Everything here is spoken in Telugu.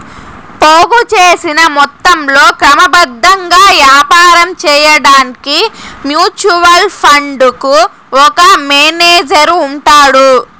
పోగు సేసిన మొత్తంలో క్రమబద్ధంగా యాపారం సేయడాన్కి మ్యూచువల్ ఫండుకు ఒక మేనేజరు ఉంటాడు